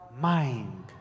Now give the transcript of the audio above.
mind